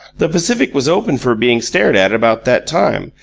the pacific was open for being stared at about that time,